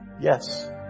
Yes